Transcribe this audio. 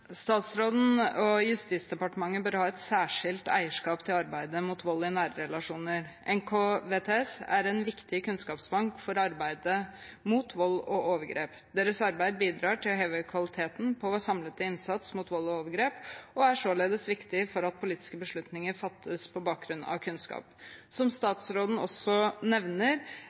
Statsråden og Justisdepartementet bør ha et særskilt eierskap til arbeidet mot vold i nære relasjoner. NKVTS er en viktig kunnskapsbank for arbeidet mot vold og overgrep. Deres arbeid bidrar til å heve kvaliteten på vår samlede innsats mot vold og overgrep og er således viktig for at politiske beslutninger fattes på bakgrunn av kunnskap. Som statsråden også nevner,